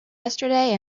yesterday